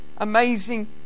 amazing